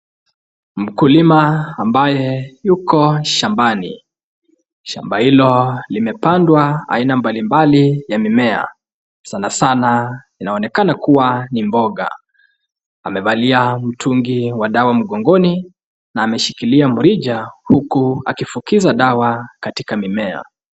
Mkulima ambaye yuko shambali. Shamba hili limepandwa aina mbalimbali ya mimea, sanasana inaonekana kuwa ni mboga. Amevalia mtungi wa dawa mgongoni na ameshikilia mrija huku akifukiza dawa katika mimea.